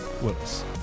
Willis